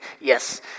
yes